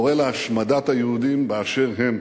קורא להשמדת היהודים באשר הם.